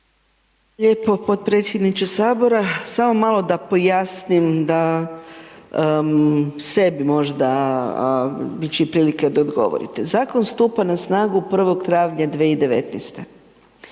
lijepo potpredsjedniče Sabora. Samo malo pojasnim da, sebi možda, a bit će i prilike da odgovorite. Zakon stupa na snagu 1. travnja 2019.-te.